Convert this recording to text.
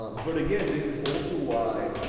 um but again, this is also why